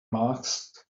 masked